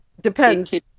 Depends